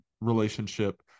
relationship